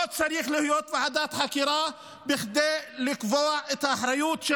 לא צריך ועדת חקירה כדי לקבוע את האחריות של